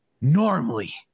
normally